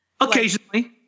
Occasionally